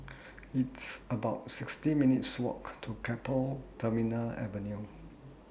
It's about sixty minutes' Walk to Keppel Terminal Avenue